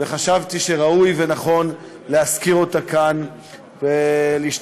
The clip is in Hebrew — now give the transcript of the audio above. חשבתי שראוי ונכון להזכיר אותה כאן ולהשתתף